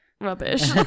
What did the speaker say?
rubbish